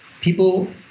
People